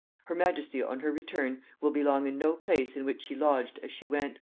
her majesty on her return will be long in no place in which she lodged as she went,